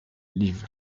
liv